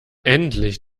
endlich